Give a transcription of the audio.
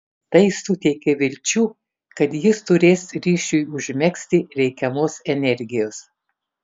tai suteikė vilčių kad jis turės ryšiui užmegzti reikiamos energijos